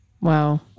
Wow